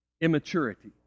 immaturity